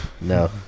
No